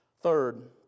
Third